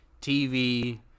TV